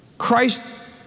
Christ